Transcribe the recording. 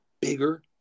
bigger